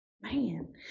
man